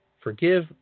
forgive